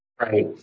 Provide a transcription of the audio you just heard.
right